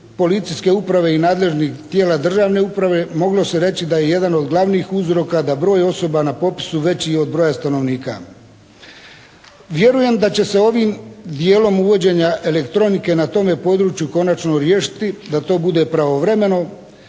policijske uprave i nadležnih tijela državne uprave moglo se reći da je jedan od glavnih uzroka da broj osoba na popisu je veći od broja stanovnika. Vjerujem da će se ovim dijelom uvođenja elektronike na tome području končano riješiti da to bude pravovremeno.